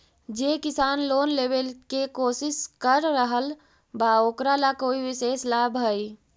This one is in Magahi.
जे किसान लोन लेवे के कोशिश कर रहल बा ओकरा ला कोई विशेष लाभ हई?